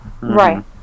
right